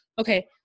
Okay